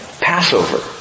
Passover